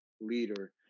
leader